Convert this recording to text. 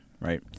right